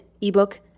ebook